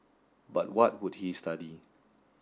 but what would he study